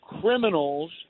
criminals